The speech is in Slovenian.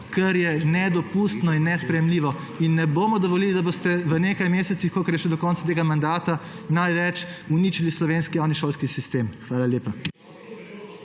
kar je nedopustno in nesprejemljivo. Ne bomo dovolili, da boste v nekaj mesecih, kolikor je še do konca tega mandata, najbolj uničili slovenski javni šolski sistem. Hvala lepa.